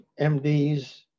MDs